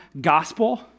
gospel